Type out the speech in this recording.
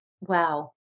Wow